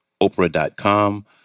Oprah.com